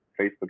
Facebook